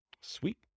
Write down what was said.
Sweet